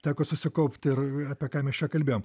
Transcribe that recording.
teko susikaupt ir apie ką mes čia kalbėjom